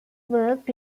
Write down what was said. work